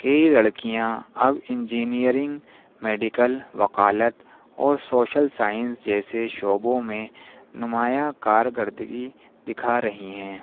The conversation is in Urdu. کئی لڑکیاں اب انجینئرنگ میڈیکل وکالت اور سوشل سائنس جیسے شعبوں میں نمایاں کارگرردگی دکھا رہی ہیں